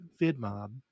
VidMob